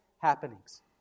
happenings